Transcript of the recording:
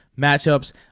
matchups